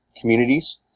communities